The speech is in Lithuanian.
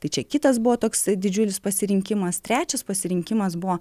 tai čia kitas buvo toks didžiulis pasirinkimas trečias pasirinkimas buvo